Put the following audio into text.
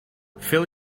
fill